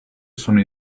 sono